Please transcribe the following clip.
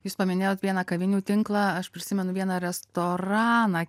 jūs paminėjot vieną kavinių tinklą aš prisimenu vieną restoraną